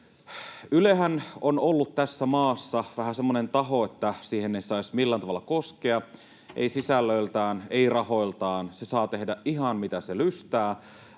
Ylehän on ollut tässä maassa vähän semmoinen taho, että siihen ei saisi millään tavalla koskea, ei sisällöltään, ei rahoiltaan, ja se saa tehdä ihan, mitä se lystää.